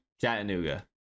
Chattanooga